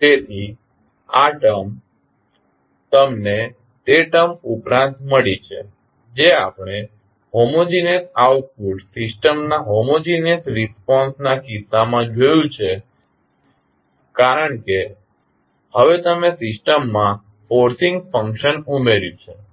તેથી આ ટર્મ તમને તે ટર્મ ઉપરાંત મળી છે જે આપણે હોમોજીનીયસ આઉટપુટ સિસ્ટમના હોમોજીનીયસ રિસ્પોન્સ ના કિસ્સામાં જોયું છે કારણ કે હવે તમે સિસ્ટમમાં ફોર્સિંગ ફંકશન ઉમેર્યું છે